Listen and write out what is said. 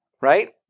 Right